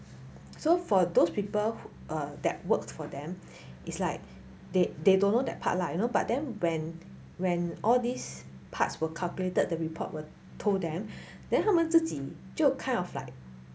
so for those people err that worked for them is like they they don't know that part lah you know but then when when all these parts were calculated the report will told them then 他们自己就 kind of like